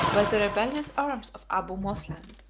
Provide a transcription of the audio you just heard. by the rebellious arms of abu moslem.